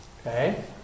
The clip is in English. Okay